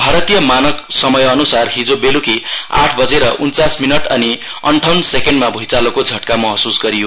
भारतीय मानक समयअन्सार हिजो बेल्की आठ बजेर उन्चास मिनट अनि अन्ठाउन सेकेन्टमा भुइँचालोको झट्का मसह्स गरियो